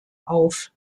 auf